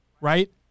right